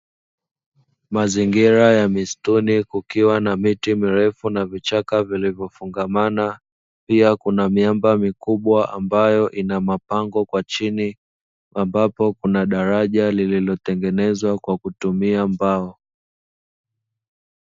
Mazingira ya misituni, kukiwa na miti mirefu na vichaka vilivyofungamana, pia kuna miamba mikubwa ambayo ina mapango kwa chini ambapo kuna daraja lililotengenezwa kwa kutumia mbao.